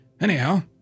Anyhow